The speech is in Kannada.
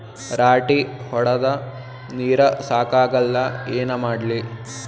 ರಾಟಿ ಹೊಡದ ನೀರ ಸಾಕಾಗಲ್ಲ ಏನ ಮಾಡ್ಲಿ?